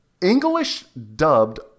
English-dubbed